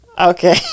okay